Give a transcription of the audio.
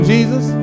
Jesus